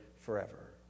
forever